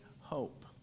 hope